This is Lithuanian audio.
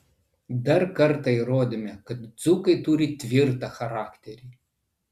dar kartą įrodėme kad dzūkai turi tvirtą charakterį